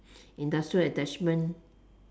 industrial attachment